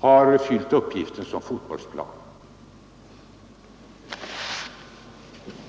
har fyllt uppgiften som fotbollsplan.